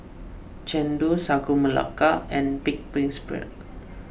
Chendol Sagu Melaka and Pig's Brain